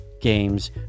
games